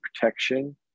protection